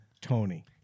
Tony